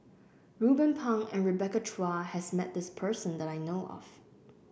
Ruben Pang and Rebecca Chua has met this person that I know of